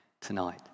tonight